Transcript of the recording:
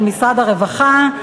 משרד הרווחה,